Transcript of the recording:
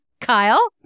Kyle